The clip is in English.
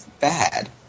bad